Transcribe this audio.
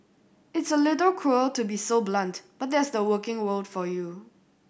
it's a little cruel to be so blunt but that's the working world for you